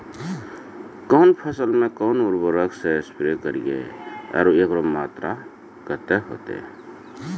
कौन फसल मे कोन उर्वरक से स्प्रे करिये आरु एकरो मात्रा कत्ते होते?